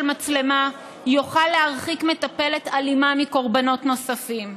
מצלמה יוכל להרחיק מטפלת אלימה מקורבנות נוספים.